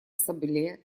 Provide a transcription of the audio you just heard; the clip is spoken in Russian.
ассамблея